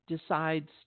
decides